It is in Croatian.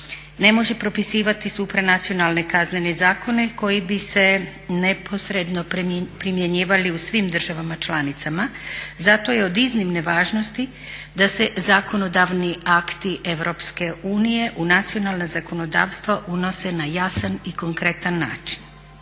ne može propisivati supranacionalne kaznene zakone koji bi se neposredno primjenjivali u svim državama članicama zato je od iznimne važnosti da se zakonodavni akti EU u nacionalna zakonodavstva unose na jasan i konkretan način